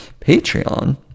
Patreon